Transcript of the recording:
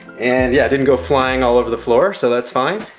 and yeah, it didn't go flying all over the floor. so that's fine.